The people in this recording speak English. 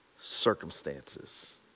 circumstances